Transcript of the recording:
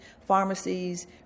pharmacies